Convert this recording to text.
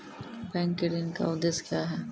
Bank के ऋण का उद्देश्य क्या हैं?